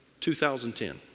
2010